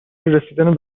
رسیدن